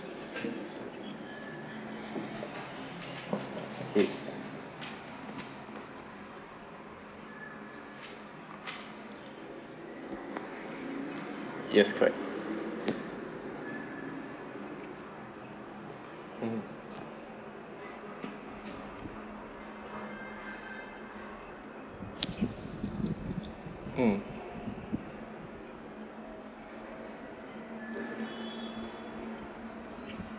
okay yes correct hmm mm